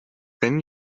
wenn